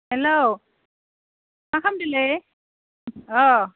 हेल' मा खामदोलै अ